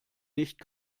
nicht